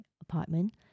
apartment